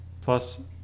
plus